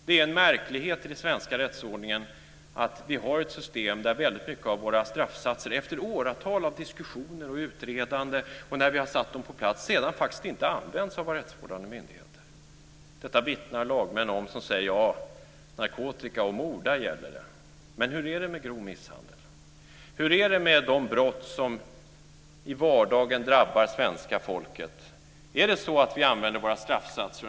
Det är en märklighet i den svenska rättsordningen att vi har ett system där väldigt mycket av våra straffsatser efter åratal av diskussioner och utredande och när vi har satt dem på plats sedan faktiskt inte används av våra rättsvårdande myndigheter. Detta vittnar lagmän om som säger att det gäller om det är fråga om narkotika och mord. Men hur är det i fråga om grov misshandel och de brott som i vardagen drabbar svenska folket? Använder vi våra straffsatser?